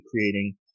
creating